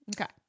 Okay